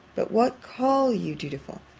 but what call you dutiful?